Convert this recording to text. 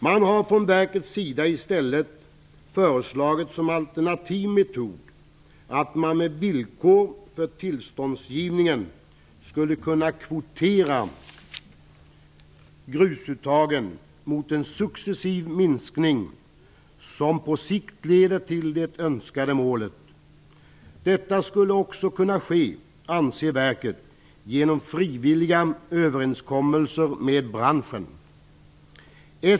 Man har från verkets sida i stället föreslagit som alternativ metod att med villkor för tillståndsgivningen kvotera grusuttagen mot en successiv minskning som på sikt leder till det önskade målet. Detta skulle också kunna ske, anser verket, genom frivilliga överenskommelser med branschen.